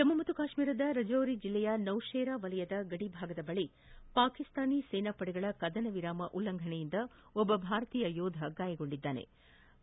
ಜಮ್ಮು ಮತ್ತು ಕಾಶ್ಮೀರದ ರಾಜೌರಿ ಜಿಲ್ಲೆಯ ನೌಶೆರಾ ವಲಯದ ಗಡಿ ಭಾಗದ ಬಳಿ ಪಾಕಿಸ್ತಾನ ಸೇನಾ ಪಡೆಗಳ ಕದನ ವಿರಾಮ ಉಲ್ಲಂಘನೆಯಿಂದ ಓರ್ವ ಭಾರತೀಯ ಯೋಧ ಗಾಯಗೊಂಡಿದ್ಲಾರೆ